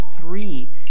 three